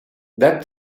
that